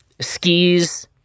skis